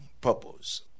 purpose